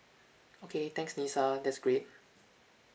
okay thanks lisa that's great